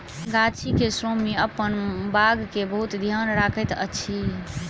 गाछी के स्वामी अपन बाग के बहुत ध्यान रखैत अछि